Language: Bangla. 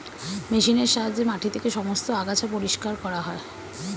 মেশিনের সাহায্যে মাটি থেকে সমস্ত আগাছা পরিষ্কার করা হয়